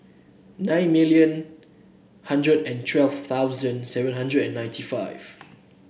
nine million hundred and twelve thousand seven hundred and ninety five